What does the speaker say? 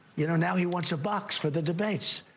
you know, now he wants a box for the debates,